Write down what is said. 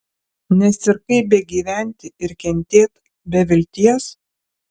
nes ir kaip begyventi ir kentėt be vilties